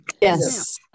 Yes